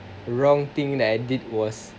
wrong thing that I did was